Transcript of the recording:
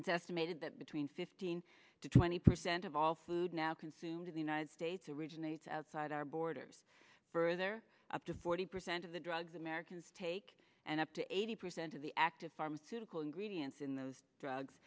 and estimated that between fifteen to twenty percent of all food now consumed in the united states originate outside our borders further up to forty percent of the drugs americans take and up to eighty percent of the active pharmaceutical greedy ansin those drugs